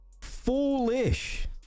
foolish